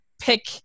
pick